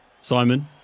Simon